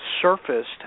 surfaced